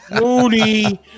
Moody